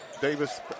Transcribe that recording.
Davis